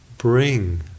Bring